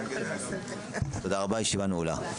תודה רבה, הישיבה נעולה.